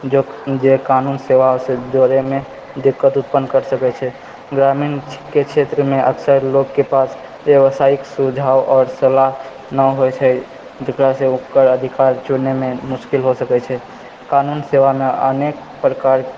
जे कानून सेवासँ जोड़ैमे दिक्कत उत्पन्न करि सकै छै ग्रामीणके क्षेत्रमे अक्सर लोकके पास बेबसाइक सुझाव आओर सलाह नहि होइ छै जकरासँ ओकर अधिकार चुनैमे मुश्किल हो सकै छै कानून सेवामे अनेक प्रकार